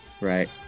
right